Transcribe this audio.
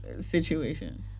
situation